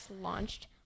launched